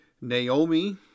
Naomi